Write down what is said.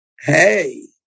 hey